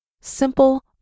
Simple